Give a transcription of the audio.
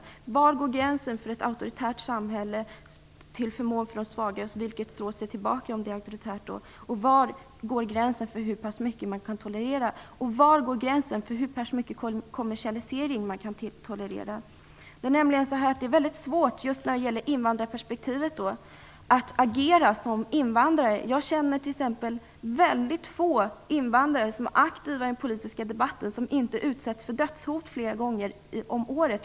Var går gränsen för ett auktoritärt samhälle till förmån för de svaga? Var går gränsen för hur pass mycket man kan tolerera? Var går gränsen för hur pass mycket kommersialisering man kan tolerera? När det gäller invandrarperspektivet är det svårt att agera som invandrare. Jag känner få invandrare som är aktiva i den politiska debatten som inte har utsatts för dödshot flera gånger om året.